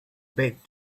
bent